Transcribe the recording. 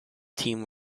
team